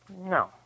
no